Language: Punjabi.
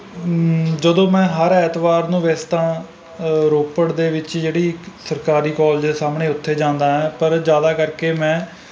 ਜਦੋਂ ਮੈਂ ਹਰ ਐਤਵਾਰ ਨੂੰ ਵੈਸੇ ਤਾਂ ਰੋਪੜ ਦੇ ਵਿੱਚ ਜਿਹੜੀ ਇੱਕ ਸਰਕਾਰੀ ਕਾਲਜ ਦੇ ਸਾਹਮਣੇ ਉੱਥੇ ਜਾਂਦਾ ਹਾਂ ਪਰ ਜ਼ਿਆਦਾ ਕਰਕੇ ਮੈਂ